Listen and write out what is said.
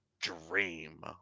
dream